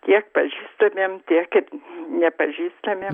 tiek pažįstamiem tiek ir nepažįstamiem